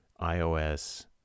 iOS